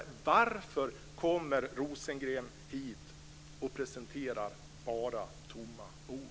Varför kommer Rosengren hit och presenterar bara tomma ord?